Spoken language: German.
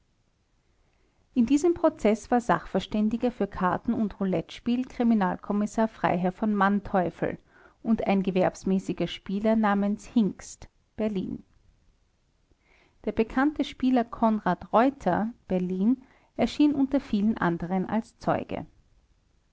in diesem prozeß war sachverständiger für karten und roulettespiel kriminalkommissar freiherr v manteuffel und ein gewerbsmäßiger spieler namens hingst berlin der bekannte spieler konrad reuter berlin erschien unter vielen anderen als zeuge